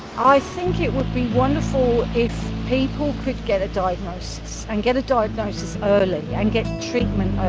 i think it would be wonderful if people could get a diagnosis and get a diagnosis early and get treatment